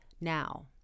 now